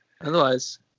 Otherwise